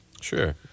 Sure